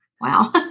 wow